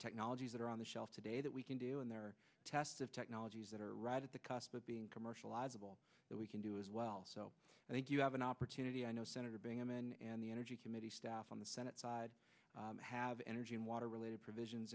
technologies that are on the shelf today that we can do and there are tests of technologies that are right at the cusp of being commercialized of all that we can do as well so i think you have an opportunity i know senator bingaman and the energy committee staff on the senate side have energy and water related provisions